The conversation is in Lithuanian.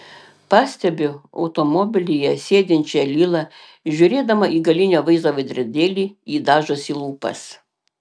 pastebiu automobilyje sėdinčią lilą žiūrėdama į galinio vaizdo veidrodėlį ji dažosi lūpas